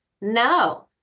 no